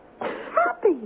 Happy